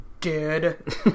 Dead